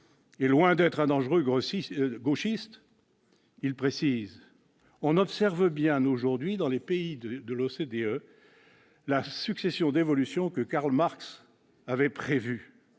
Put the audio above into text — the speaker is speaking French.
est loin d'être un dangereux gauchiste ... Celui-ci précise :« On observe bien aujourd'hui, dans les pays de l'OCDE, la succession d'évolutions que Karl Marx avait prévues. »